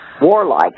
warlike